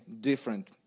different